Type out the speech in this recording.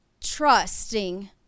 trusting